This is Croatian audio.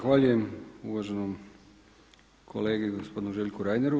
Zahvaljujem uvaženom kolegi gospodinu Željku Reineru.